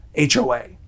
HOA